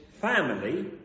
family